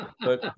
but-